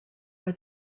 are